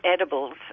edibles